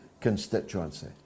constituency